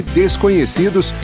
desconhecidos